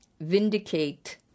vindicate